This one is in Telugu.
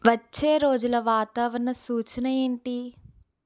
వచ్చే రోజుల వాతావరణ సూచన ఏంటి